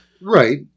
Right